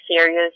serious